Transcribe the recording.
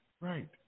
Right